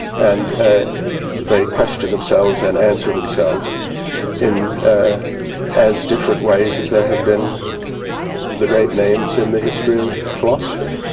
and they question themselves and answer themselves in as different ways as there have been the great names in the history of philosophy